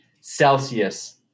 Celsius